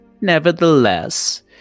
Nevertheless